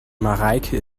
mareike